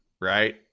right